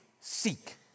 Seek